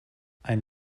ein